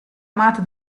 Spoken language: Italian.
amata